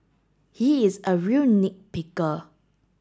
he is a real nit picker